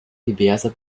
diverser